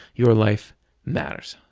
your life matters.